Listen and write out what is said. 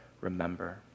remember